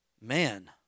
man